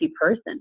person